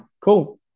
Cool